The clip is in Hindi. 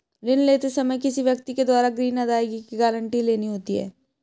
ऋण लेते समय किसी व्यक्ति के द्वारा ग्रीन अदायगी की गारंटी लेनी होती है